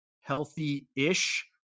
healthy-ish